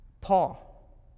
Paul